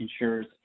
ensures